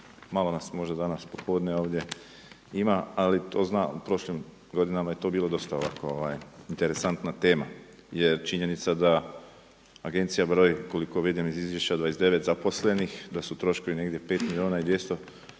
malo nas možda danas popodne ovdje ima, ali to znam u prošlim godinama je to bilo dosta interesantna tema. Jer činjenica da Agencija broji koliko vidim iz Izvješća 29 zaposlenih, da su troškovi negdje 5 milijuna i 200 tisuća